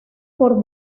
por